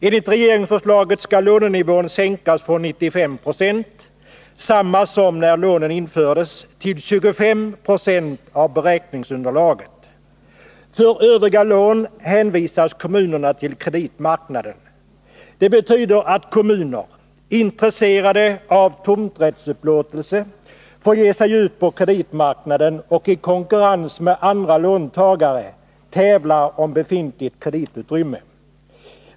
Enligt regeringsförslaget skall lånenivån sänkas från 95 96 — densamma som när lånen infördes — till 25 26 av beräkningsunderlaget. För övriga lån hänvisas kommunerna till kreditmarknaden. Det betyder att kommuner, intresserade av tomträttsupplåtelse, får ge sig ut på kreditmarknaden och i konkurrens med andra låntagare tävla om befintligt kreditutrymme.